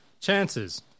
Chances